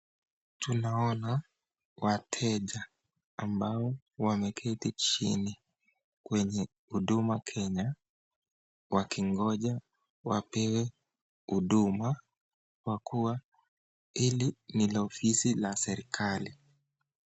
Tunaona wateja ambao wameketi chini kwenye Huduma Kenya wakingoja wapewe huduma kwa kuwa hili ni la ofisi la serikali.